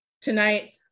Tonight